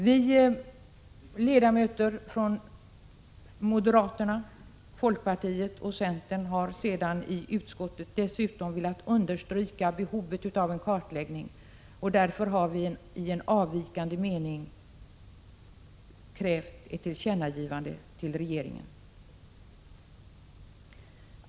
Vi ledamöter från moderaterna, folkpartiet och centern i utskottet har dessutom velat understryka behovet av en kartläggning, och därför har vi i en avvikande mening krävt ett tillkännagivande till regeringen.